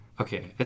Okay